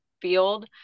field